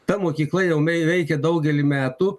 ta mokykla jau veikia daugelį metų